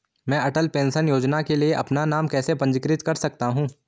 मैं अटल पेंशन योजना के लिए अपना नाम कैसे पंजीकृत कर सकता हूं?